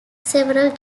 several